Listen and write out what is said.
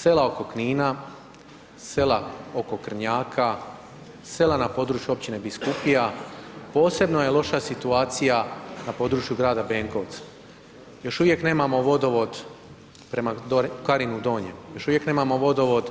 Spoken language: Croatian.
Sela oko Knina, sela oko Krnjaka, sela na području općine Biskupija, posebno je loša situacija na području grada Benkovca, još uvijek nemamo vodovod prema Karinu Donjem, još uvijek nemamo vodovod